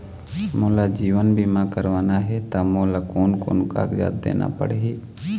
मोला जीवन बीमा करवाना हे ता मोला कोन कोन कागजात देना पड़ही?